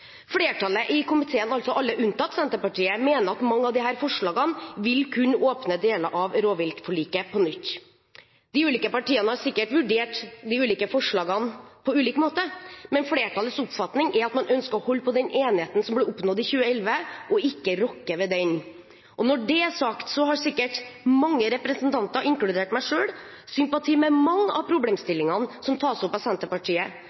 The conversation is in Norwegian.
Flertallet i komiteen – alle unntatt Senterpartiet – mener at mange av disse forslagene vil kunne åpne deler av rovviltforliket på nytt. De ulike partiene har sikkert vurdert de ulike forslagene på ulik måte, men flertallets oppfatning er at man ønsker å holde på den enigheten som ble oppnådd i 2011, og ikke rokke ved den. Når det er sagt, vil jeg si at mange representanter, inkludert meg selv, sikkert har sympati for mange av problemstillingene som tas opp av Senterpartiet,